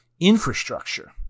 infrastructure